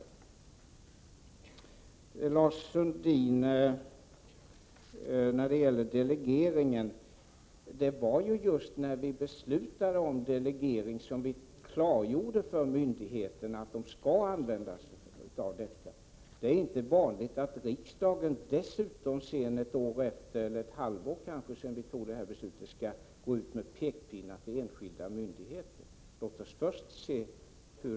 Till Lars Sundin beträffande delegeringen: Det var just när vi beslutade om delegering som vi klargjorde för myndigheterna att de skall använda sig av delegering. Det är inte vanligt att riksdagen dessutom — ett år eller ett halvår efter beslutet — går ut med pekpinnar till enskilda myndigheter.